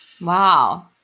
Wow